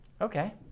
Okay